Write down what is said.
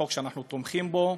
חוק שאנחנו תומכים בו.